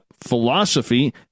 philosophy